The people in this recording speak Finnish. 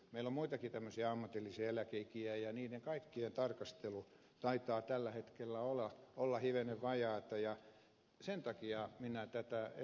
meillä on muitakin tämmöisiä ammatillisia eläkeikiä ja niiden kaikkien tarkastelu taitaa tällä hetkellä on hivenen vajaata ja sen takia minä tätä ed